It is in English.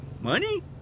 Money